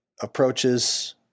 approaches